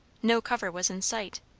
no cover was in sight.